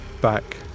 back